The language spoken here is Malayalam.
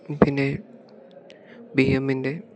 പിന്നെ ബി എമ്മിൻ്റെ